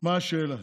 מה השאלה?